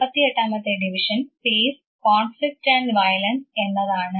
48 മത്തെ division peace conflict and violence എന്നതാണ്